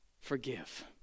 forgive